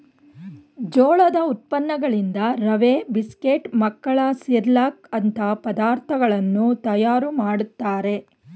ಜೋಳದ ಉತ್ಪನ್ನಗಳಿಂದ ರವೆ, ಬಿಸ್ಕೆಟ್, ಮಕ್ಕಳ ಸಿರ್ಲಕ್ ಅಂತ ಪದಾರ್ಥಗಳನ್ನು ತಯಾರು ಮಾಡ್ತರೆ